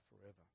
forever